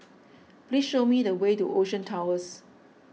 please show me the way to Ocean Towers